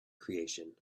creation